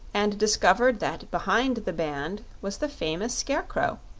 and discovered that behind the band was the famous scarecrow,